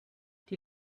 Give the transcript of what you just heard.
die